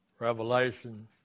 Revelation